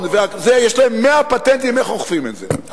יש להם מאה פטנטים איך עוקפים את זה,